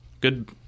good